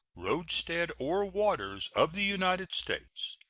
roadstead, or waters of the united states,